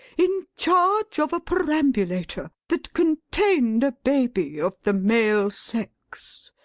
in charge of a perambulator that contained a baby of the male sex.